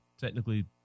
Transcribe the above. technically